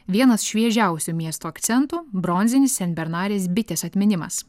vienas šviežiausių miesto akcentų bronzinis senbernarės bitės atminimas